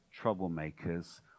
troublemakers